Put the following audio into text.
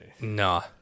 No